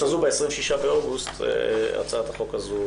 ב-26 באוגוסט הצעת החוק הזו